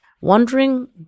wondering